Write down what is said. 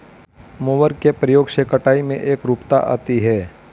mower के प्रयोग से कटाई में एकरूपता आती है